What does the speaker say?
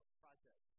project